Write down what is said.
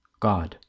God